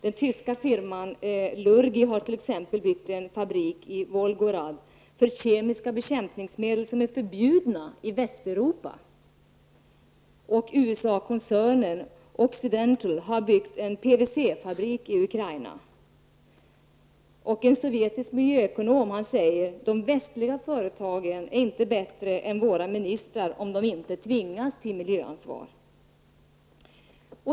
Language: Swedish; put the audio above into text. Den tyska firman Lurgi har t.ex. byggt en fabrik för kemiska bekämpningsmedel som är förbjudna i Västeuropa i Volgograd, och USA-koncernen Occidental har byggt en PVC fabrik i Ukraina. En sovjetisk miljöekonom säger: De västliga företagen är inte bättre än våra ministrar om de inte tvingas till miljöansvar.